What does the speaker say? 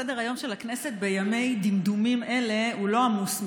סדר-היום של הכנסת בימי דמדומים אלה הוא לא עמוס מדי,